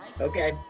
okay